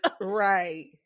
right